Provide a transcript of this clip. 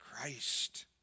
Christ